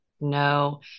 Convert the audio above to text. No